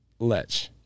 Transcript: Letch